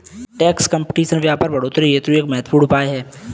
tax competition व्यापार बढ़ोतरी हेतु एक महत्वपूर्ण उपाय है